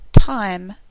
time